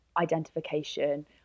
identification